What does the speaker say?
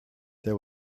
there